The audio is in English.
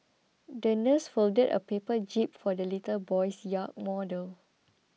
the nurse folded a paper jib for the little boy's yacht model